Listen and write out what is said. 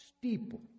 Steeple